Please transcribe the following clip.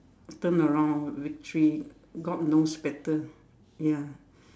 turn around victory God knows better ya